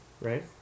right